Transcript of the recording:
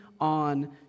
on